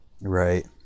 Right